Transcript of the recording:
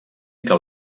que